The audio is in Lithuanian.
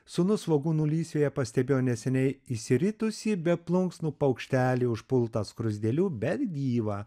sūnus svogūnų lysvėje pastebėjo neseniai išsiritusį be plunksnų paukštelį užpultą skruzdėlių bet gyvą